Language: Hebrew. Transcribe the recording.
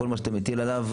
כל מה שאתה מטיל עליו,